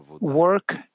work